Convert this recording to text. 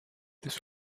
this